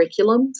curriculums